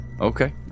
Okay